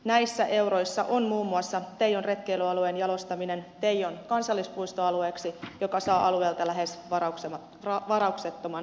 näissä euroissa on muun muassa teijon retkeilyalueen jalostaminen teijon kansallispuistoalueeksi joka saa alueelta lähes varauksettoman tuen